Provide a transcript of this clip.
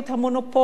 המונופול,